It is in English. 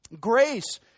Grace